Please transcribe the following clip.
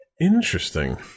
Interesting